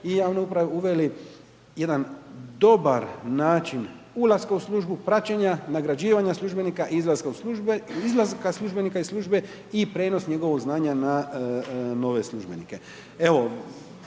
i javne uprave, uveli jedan dobar način ulaska u službu, praćenja, nagrađivanja službenika, izlaska iz službe, izlaska službenika iz službe i prijenos njegovog znanja na nove službenike.